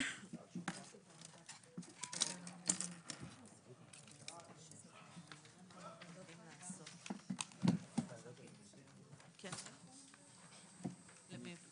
הישיבה ננעלה בשעה 12:50.